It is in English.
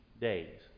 days